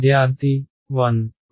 విద్యార్థి 1